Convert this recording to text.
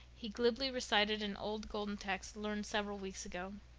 he glibly recited an old golden text learned several weeks ago.